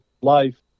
life